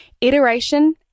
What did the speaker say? Iteration